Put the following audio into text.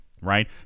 right